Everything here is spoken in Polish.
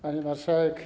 Pani Marszałek!